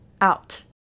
out